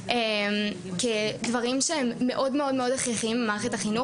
כדבר מאוד הכרחי במערכת החינוך.